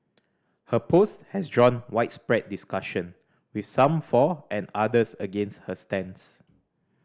her post has drawn widespread discussion with some for and others against her stance